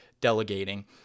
delegating